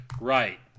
Right